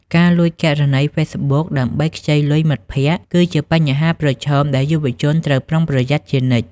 ការលួចគណនី Facebook ដើម្បីខ្ចីលុយមិត្តភក្តិ គឺជាបញ្ហាប្រឈមដែលយុវជនត្រូវប្រុងប្រយ័ត្នជានិច្ច។